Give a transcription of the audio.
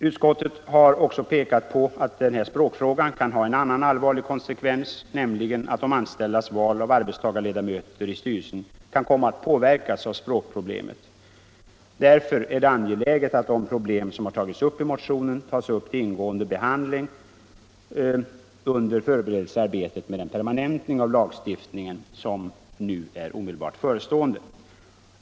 Utskottet har också pekat på att språkfrågan kan ha en annan allvarlig konsekvens, nämligen att de anställdas val av arbetstagarledamöter i styrelsen kan komma att styras av språkproblemet. Därför är det angeläget att de problem som har berörts i motionen tas upp till ingående överväganden under förberedelsearbetet med den permanentning av lagstiftningen om styrelserepresentation som nu är omedelbart förestående.